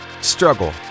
struggle